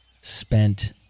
spent